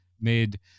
made